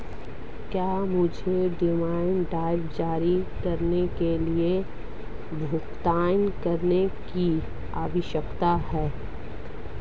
क्या मुझे demand draft जारी करने के लिए भुगतान करने की आवश्यकता है?